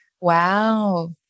Wow